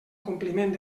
compliment